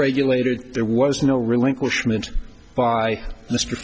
regulated there was no relinquishment by mr